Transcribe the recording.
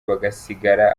bagasigara